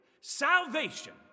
salvation